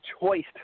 choice